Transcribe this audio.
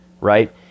right